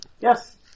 Yes